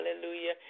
hallelujah